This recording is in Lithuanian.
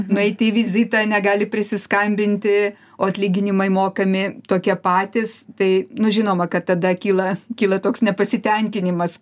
nueiti į vizitą negali prisiskambinti o atlyginimai mokami tokie patys tai nu žinoma kad tada kyla kyla toks nepasitenkinimas